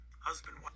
Husband